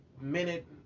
minute